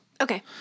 Okay